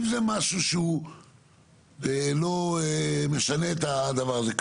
אם זה משהו שהוא לא משנה את הדבר הזה,